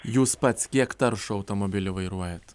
jūs pats kiek taršų automobilį vairuojat